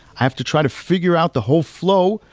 i have to try to figure out the whole flow,